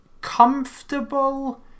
comfortable